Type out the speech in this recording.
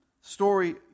Story